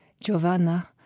Giovanna